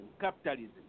Capitalism